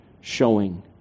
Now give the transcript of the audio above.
showing